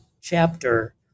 chapter